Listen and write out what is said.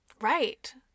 Right